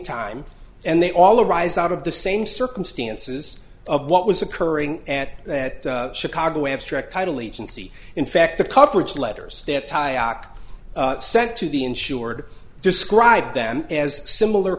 time and they all arise out of the same circumstances of what was occurring at that chicago abstract title each and see in fact the coverage letters sent to the insured described them as similar